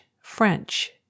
French